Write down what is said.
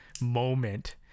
moment